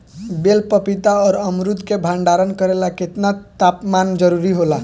बेल पपीता और अमरुद के भंडारण करेला केतना तापमान जरुरी होला?